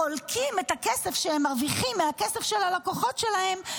חולקים את הכסף שהם מרוויחים מהכסף של הלקוחות שלהם,